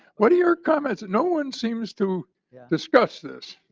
what are your comments? no one seems to discuss this.